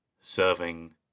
serving